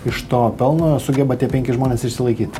iš to pelno sugeba tie penki žmonės išsilaikyt